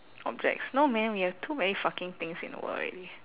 objects no man we have too many fucking things in the world already